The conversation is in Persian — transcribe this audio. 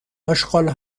اشغال